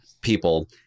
people